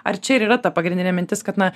ar čia ir yra ta pagrindinė mintis kad na